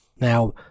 Now